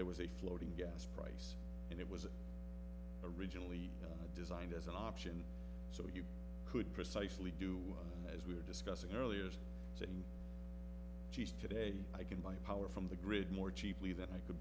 there was a floating gas price and it was originally designed as an option so you could precisely do as we were discussing earlier she's today i can buy power from the grid more cheaply than i could